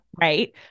right